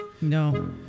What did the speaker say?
No